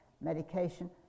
medication